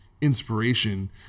inspiration